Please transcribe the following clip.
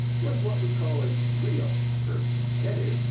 was what we call a real person that is,